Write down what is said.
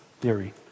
theory